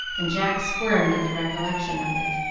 and jack squirmed at the recollection of it.